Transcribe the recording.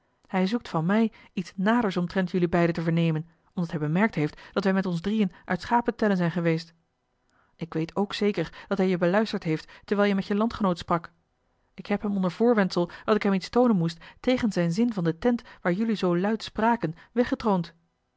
hij zoekt van mij iets naders omtrent jullie beiden te vernemen omdat hij bemerkt heeft dat wij met ons drieën uit schapentellen zijn geweest ik weet ook zeker dat hij je beluisterd heeft terwijl je met je landgenoot sprak ik heb hem onder voorwendsel dat ik hem iets toonen moest tegen zijn zin van de tent waar jullie zoo luid spraken